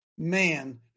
man